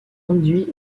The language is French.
induit